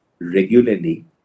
regularly